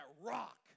rock